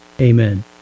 Amen